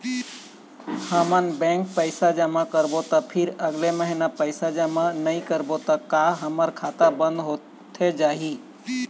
हमन बैंक पैसा जमा करबो ता फिर अगले महीना पैसा जमा नई करबो ता का हमर खाता बंद होथे जाही?